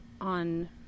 on